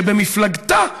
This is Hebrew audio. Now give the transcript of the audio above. שבמפלגתה "הדמוקרטית",